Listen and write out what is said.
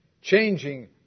Changing